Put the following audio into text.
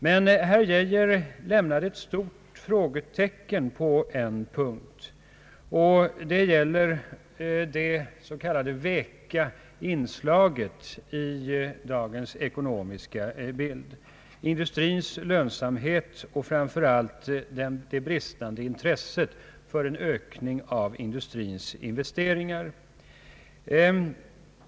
Men herr Geijer lämnade ett stort frågetecken på en punkt, nämligen när det gäller det s.k. »veka inslaget» i dagens ekonomiska bild, industrins lönsamhet och framför allt det bristande intresset för en ökning av industrins investeringar.